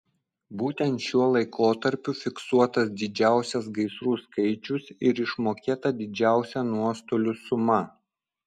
būtent šiuo laikotarpiu fiksuotas didžiausias gaisrų skaičius ir išmokėta didžiausia nuostolių suma